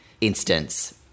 instance